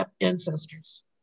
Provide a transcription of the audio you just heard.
ancestors